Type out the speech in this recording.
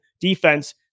defense